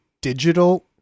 digital